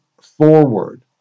forward